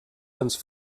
ens